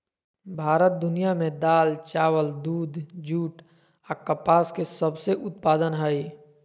भारत दुनिया में दाल, चावल, दूध, जूट आ कपास के सबसे उत्पादन हइ